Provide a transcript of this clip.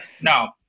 No